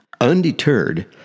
Undeterred